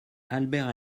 albert